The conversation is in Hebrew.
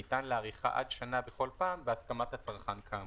וניתן להאריכה עד שנה בכל פעם בהסכמת הצרכן כאמור."